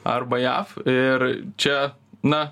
arba jav ir čia na